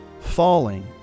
falling